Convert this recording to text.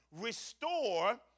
Restore